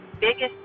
biggest